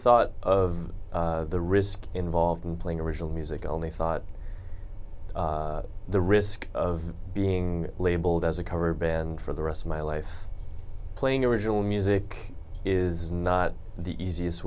thought of the risk involved in playing original music only thought the risk of being labeled as a cover band for the rest of my life playing original music is not the easiest